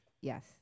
yes